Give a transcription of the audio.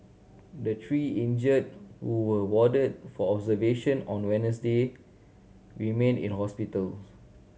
the three injured who were warded for observation on Wednesday remain in hospitals